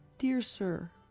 dear sir,